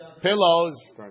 Pillows